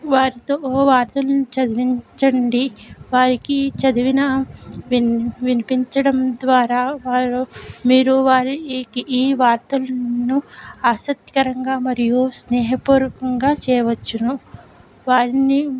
వారితో వార్తలను చదివించండి వారికీ చదివినా విన్ వినిపించడం ద్వారా వారు మీరు వారీకీ ఈ వార్తలను ఆసక్తిరంగా మరియు స్నేహపూర్వకంగా చేయవచ్చును వారిని